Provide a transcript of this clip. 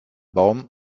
baum